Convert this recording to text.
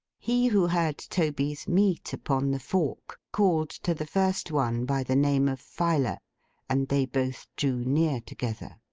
he who had toby's meat upon the fork, called to the first one by the name of filer and they both drew near together.